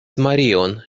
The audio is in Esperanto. marion